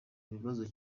bibazo